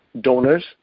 donors